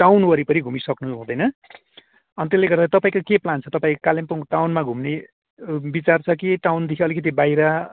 town वरीपरी घुमिसक्नु हुँदैन अनि त्यसले गर्दा तपाईँको के प्लान छ तपाईँ कालिम्पोङ टाउनमा घुम्ने विचार छ कि टाउनदेखि अलिकति बाहिर